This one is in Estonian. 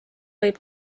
võib